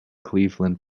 cleveland